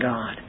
God